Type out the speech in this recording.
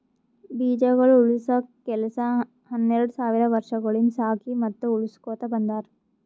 ಬೀಜಗೊಳ್ ಉಳುಸ ಕೆಲಸ ಹನೆರಡ್ ಸಾವಿರ್ ವರ್ಷಗೊಳಿಂದ್ ಸಾಕಿ ಮತ್ತ ಉಳುಸಕೊತ್ ಬಂದಾರ್